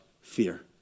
fear